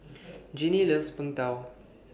Ginny loves Png Tao